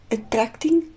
Attracting